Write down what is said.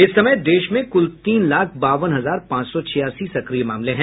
इस समय देश में कुल तीन लाख बावन हजार पांच सौ छियासी सक्रिय मामले हैं